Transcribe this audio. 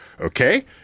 okay